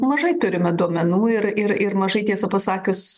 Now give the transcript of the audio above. mažai turime duomenų ir ir ir mažai tiesą pasakius